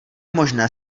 možné